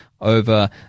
over